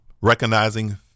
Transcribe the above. recognizing